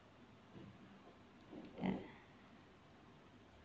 ya